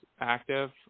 active